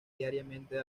diariamente